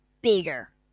bigger